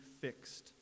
fixed